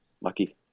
lucky